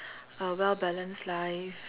a well balanced life